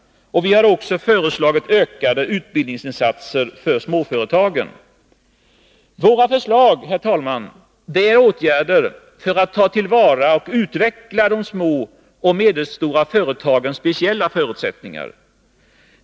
Vi har också föreslagit ökade utbildningsinsatser för småföretagen. Herr talman! Våra förslag är åtgärder för att ta till vara och utveckla de små och medelstora företagens speciella förutsättningar.